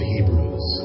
Hebrews